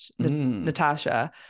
Natasha